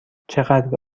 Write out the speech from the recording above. چقدر